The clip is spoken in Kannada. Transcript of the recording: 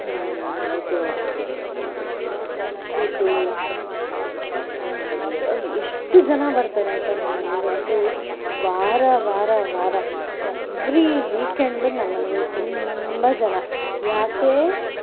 ಇದು ಕೂಟು ಎಷ್ಟು ಜನ ಬರ್ತಾರೆ ಗೊತ್ತ ನಮ್ಮನೇಲಂತು ವಾರ ವಾರ ವಾರ ಎವ್ರಿ ವೀಕೆಂಡ್ ನಮ್ಮನೇಲಿ ತುಂಬ ಜನ ಯಾಕೆ